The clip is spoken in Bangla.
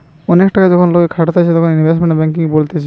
অনেক টাকা যখন লোকে খাটাতিছে তাকে ইনভেস্টমেন্ট ব্যাঙ্কিং বলতিছে